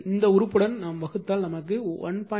இந்த உறுப்புடன் வகுத்தால் நமக்கு 1